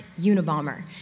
Unabomber